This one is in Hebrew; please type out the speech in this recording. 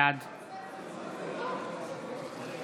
בעד